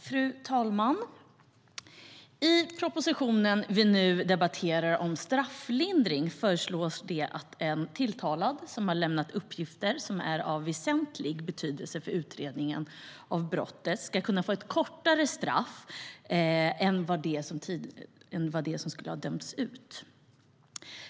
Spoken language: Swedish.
Fru talman! I propositionen om strafflindring som vi nu debatterar föreslås det att en tilltalad som har lämnat uppgifter som är av väsentlig betydelse för utredningen av brottet ska kunna få ett kortare straff än det som annars skulle ha utdömts.